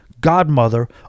godmother